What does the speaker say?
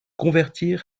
convertir